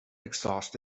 exhaust